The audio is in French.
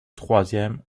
troisième